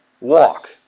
walk